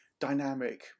dynamic